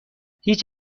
هیچ